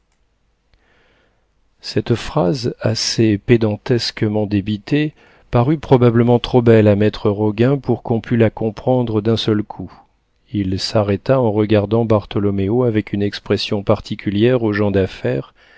cette phrase assez pédantesquement débitée parut probablement trop belle à maître roguin pour qu'on pût la comprendre d'un seul coup il s'arrêta en regardant bartholoméo avec une expression particulière aux gens d'affaires